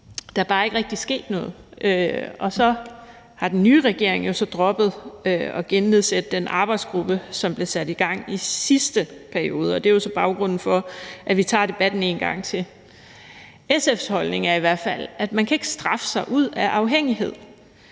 der er bare ikke rigtig sket noget. Og så har den nye regering jo droppet at gennedsætte den arbejdsgruppe, som blev sat i gang i sidste periode, og det er baggrunden for, at vi tager debatten en gang til. SF's holdning er i hvert fald, at man ikke kan straffe sig ud af afhængighed.